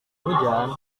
hujan